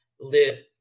live